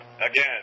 Again